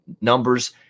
numbers